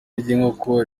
ry’inkoko